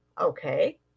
okay